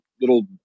little